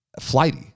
flighty